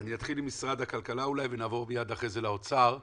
הכלכלה ונעבור אחרי זה לאוצר.